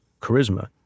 charisma